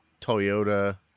Toyota